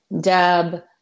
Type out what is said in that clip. Deb